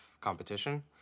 competition